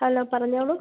hello പറഞ്ഞോളൂ